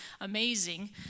amazing